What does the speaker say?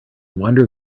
wonder